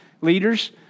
leaders